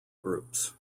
groups